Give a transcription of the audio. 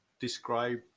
describe